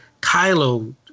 Kylo